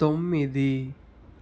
తొమ్మిది